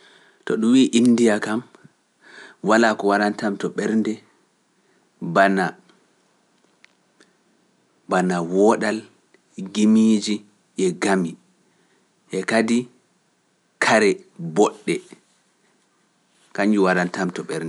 To ɗum wiiya indiya kam, walaa ko waɗantamto ɓernde bana wooɗal gimiiji e gami e kadi kare boɗɗe, kañum waɗantamto ɓernde.